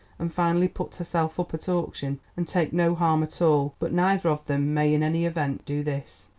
and finally put herself up at auction and take no harm at all but neither of them may in any event do this.